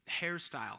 hairstyle